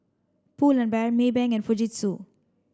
Pull and Bear Maybank and Fujitsu